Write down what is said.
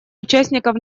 участников